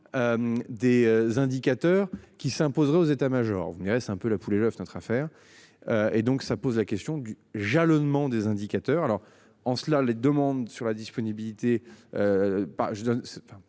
Des indicateurs qui s'imposeraient aux états majors venir c'est un peu la poule et l'oeuf notre affaire. Et donc ça pose la question du jalonnement des indicateurs alors en cela les demandes sur la disponibilité.